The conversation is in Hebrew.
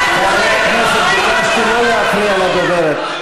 הכנסת, ביקשתי לא להפריע לדוברת.